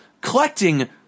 collecting